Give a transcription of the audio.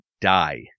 die